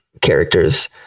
characters